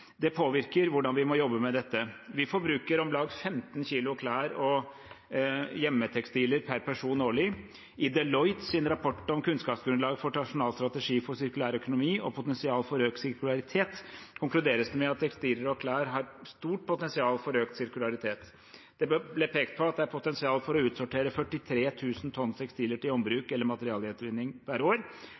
Det påvirker hvordan vi må jobbe med dette. Vi forbruker om lag 15 kg klær og hjemmetekstiler per person årlig. I Deloittes rapport om kunnskapsgrunnlag for nasjonal strategi for sirkulær økonomi og potensial for økt sirkularitet konkluderes det med at tekstiler og klær har stort potensial for økt sirkularitet. Det ble pekt på at det er potensial for å utsortere 43 000 tonn tekstiler til ombruk eller materialgjenvinning hvert år,